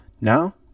Now